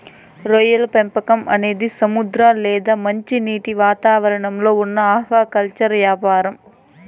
రొయ్యల పెంపకం అనేది సముద్ర లేదా మంచినీటి వాతావరణంలో ఉన్న ఆక్వాకల్చర్ యాపారం